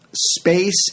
Space